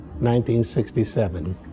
1967